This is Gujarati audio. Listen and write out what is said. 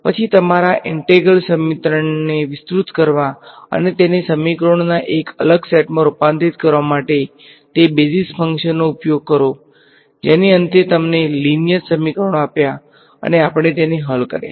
પછી તમારા ઈંટેગ્રલ સમીકરણને વિસ્તૃત કરવા અને તેને સમીકરણોના એક અલગ સેટમાં રૂપાંતરિત કરવા માટે તે બેઝિસ ફંક્શન્સનો ઉપયોગ કરો જેણે અંતે તમને લીનીયર સમીકરણો આપ્યા અને આપણે તેને હલ કર્યા